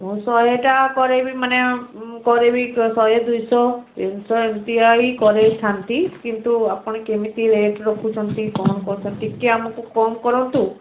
ମୁଁ ଶହେଟା କରାଇବି ମାନେ କରାଇବି ଶହେ ଦୁଇଶହ ତିନିଶହ ଏମିତିଆଇ କରାଇଥାନ୍ତି କିନ୍ତୁ ଆପଣ କେମିତି ରେଟ୍ ରଖୁଛନ୍ତି କ'ଣ କରୁଛନ୍ତି ଟିକେ ଆମକୁ କମ୍ କରନ୍ତୁ